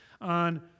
on